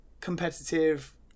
competitive